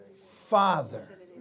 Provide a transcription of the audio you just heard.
Father